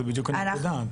זו בדיוק הנקודה.